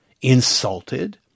insulted